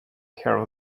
care